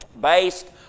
based